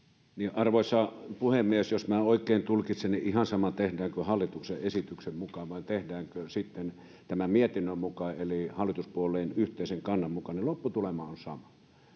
arvoisa puhemies jos minä oikein tulkitsin niin ihan sama tehdäänkö hallituksen esityksen mukaan vai tehdäänkö sitten tämän mietinnön eli hallituspuolueiden yhteisen kannan mukaan lopputulema on sama